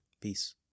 Peace